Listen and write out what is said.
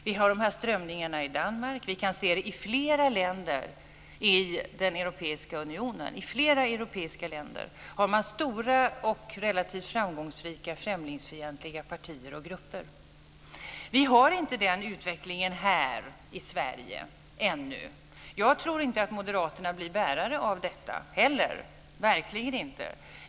Vi har de här strömningarna i Danmark. Vi kan se det i flera länder i den europeiska unionen. I flera europeiska länder har man stora och relativt framgångsrika främlingsfientliga partier och grupper. Vi har inte den utvecklingen här i Sverige ännu. Jag tror inte heller att Moderaterna blir bärare av detta - verkligen inte.